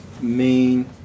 main